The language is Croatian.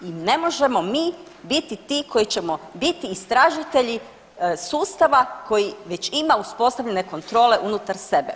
Ne možemo mi biti ti koji ćemo biti istražitelji sustava koji već ima uspostavljene kontrole unutar sebe.